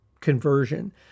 conversion